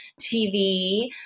TV